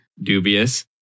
dubious